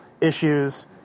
issues